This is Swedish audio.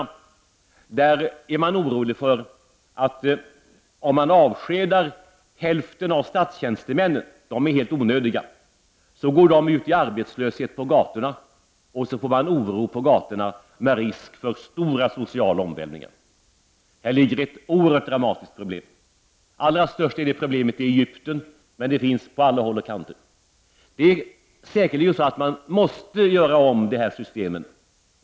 I det landet är man orolig för att statstjänstemännen om man avskedar hälften av dem — de är helt onödiga — kommer att gå ut i arbetslöshet på gatorna. Man skulle då få oro på gatorna med risk för stora sociala omvälvningar. Det är ett oerhört dramatiskt problem. Problemet är allra störst i Egypten. Men det finns på alla håll och kanter. Det är säkert så att man måste göra om systemen.